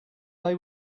they